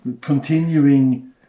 continuing